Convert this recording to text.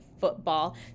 football